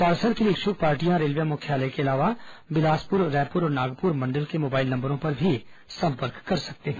parcel के लिए इच्छुक पार्टियां रेलवे मुख्यालय के अलावा बिलासपुर रायपुर और नागपुर मंडल के मोबाइल नंबरो पर भी संपर्क कर सकते हैं